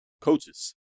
Coaches